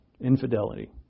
Infidelity